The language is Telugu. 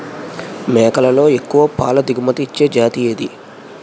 మేకలలో ఎక్కువ పాల దిగుమతి ఇచ్చే జతి ఏది?